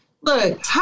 look